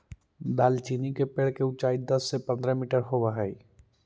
दालचीनी के पेड़ के ऊंचाई दस से पंद्रह मीटर होब हई